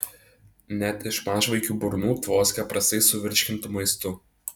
net iš mažvaikių burnų tvoskia prastai suvirškintu maistu